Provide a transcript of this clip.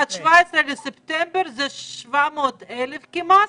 17 באוקטובר זה 700,000 כמעט